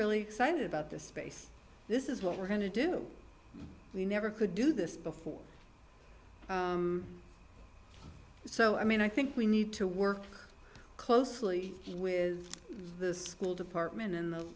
really excited about this space this is what we're going to do we never could do this before so i mean i think we need to work closely with the school department and the